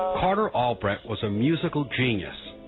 carter albrecht was a musical genius,